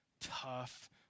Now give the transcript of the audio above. tough